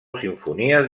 simfonies